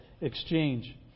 exchange